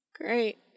Great